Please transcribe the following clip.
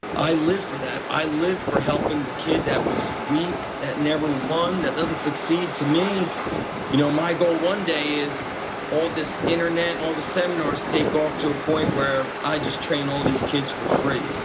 i live for that. i live for helping the kid that was weak, that never won, that doesn't succeed. to me you know my my goal one day is all this internet, all the seminars take off to a point where i just train all these kids for free.